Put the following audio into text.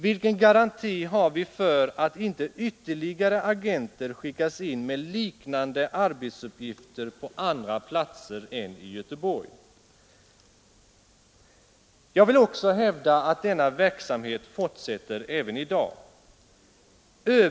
Vilken garanti har vi för att inte ytterligare ett antal agenter skickats in med liknande arbetsuppgifter på andra platser än i Göteborg. Jag vill också hävda att denna verksamhet fortsätter även i dag.